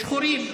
שחורים.